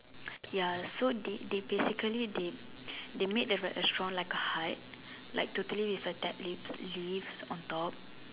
ya so they they basically they they made the restaurant like a hut like to tree with a tap leaf leaf on top